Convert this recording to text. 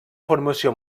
formació